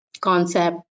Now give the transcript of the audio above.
concept